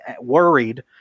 worried